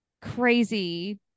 crazy